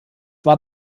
war